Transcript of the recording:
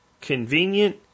convenient